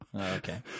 Okay